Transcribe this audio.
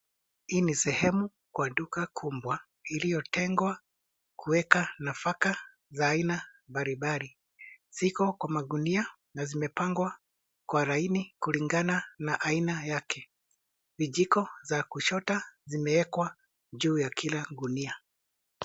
Hii ni sehemu kwa duka kubwa iliyotengwa kuweka nafaka za aina mbalimbali. Ziko kwa magunia na zimepangwa kwa laini kulingana na aina yake. Vijiko za kuchota zimewekwa juu ya kila gunia.